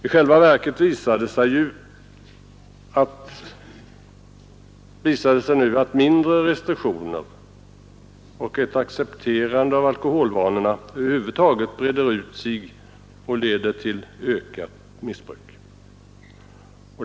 I själva verket visar det sig nu att färre restriktioner och ett utbrett accepterande av alkoholvanorna över huvud taget leder till ett ökat missbruk.